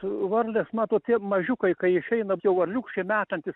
varlės matot tie mažiukai kai išeina tie varliūkščiai metantys